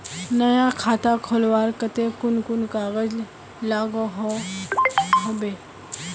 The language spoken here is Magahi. नया खाता खोलवार केते कुन कुन कागज लागोहो होबे?